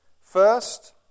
first